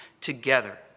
together